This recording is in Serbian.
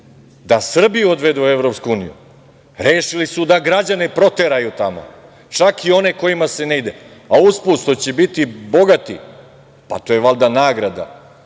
da Srbiju odvedu u EU. Rešili su da građane proteraju tamo, čak i one kojima se ne ide. A usput, što će biti bogati, pa, to je valjda nagrada.